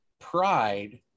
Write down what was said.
pride